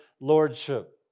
lordship